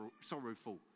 sorrowful